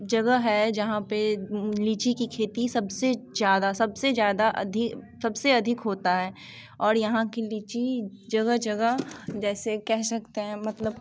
जगह है जहाँ पे लीची की खेती सबसे ज़्यादा सबसे ज़्यादा सबसे अधिक होता है और यहाँ की लीची जगह जगह जैसे कह सकते हैं